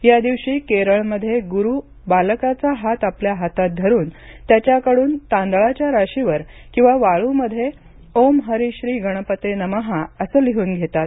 या दिवशी केरळमध्ये गुरु बालकाचा हात आपल्या हातात धरून त्याच्याकडून तांदळाच्या राशीवर किंवा वाळूमध्ये ओम हरीश्री गणपते नम असं लिहून घेतात